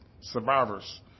survivors